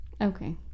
Okay